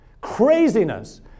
Craziness